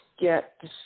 get